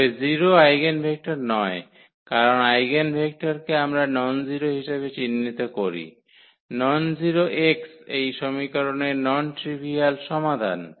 তবে 0 আইগেনভেক্টর নয় কারণ আইগেনভেক্টরকে আমরা ননজিরো হিসাবে চিহ্নিত করি ননজিরো x এই সমীকরণের নন ট্রিভিয়াল সমাধান